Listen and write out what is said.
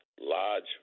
large